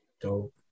Dope